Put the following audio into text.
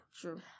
True